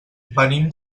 venim